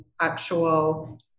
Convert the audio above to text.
actual